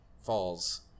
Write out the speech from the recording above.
falls